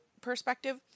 perspective